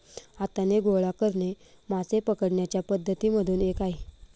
हाताने गोळा करणे मासे पकडण्याच्या पद्धती मधून एक आहे